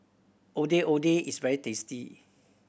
Ondeh Ondeh is very tasty